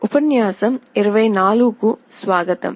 ఉపన్యాసం 24 కు స్వాగతం